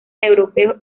europeo